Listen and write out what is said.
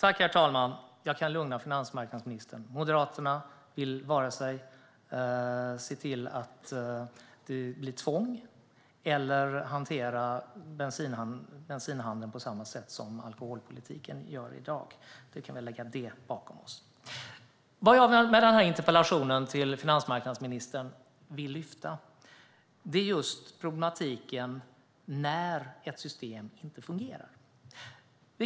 Herr talman! Jag kan lugna finansmarknadsministern: Moderaterna vill varken se till att det blir tvång eller hantera bensinhandeln på samma sätt som alkoholpolitiken hanterar den handeln i dag. Då kan vi lägga det bakom oss. Vad jag vill lyfta med denna interpellation till finansmarknadsministern är just problematiken när ett system inte fungerar.